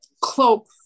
cloak